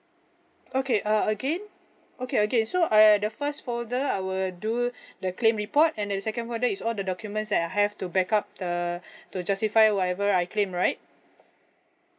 okay uh again okay again so uh the first folder I will do the claim report and that second folder is all the documents that I have to backup the to justify whatever I claim right